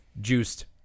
juiced